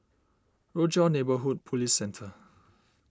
Rochor Neighborhood Police Centre